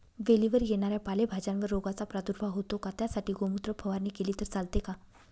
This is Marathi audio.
वेलीवर येणाऱ्या पालेभाज्यांवर रोगाचा प्रादुर्भाव होतो का? त्यासाठी गोमूत्र फवारणी केली तर चालते का?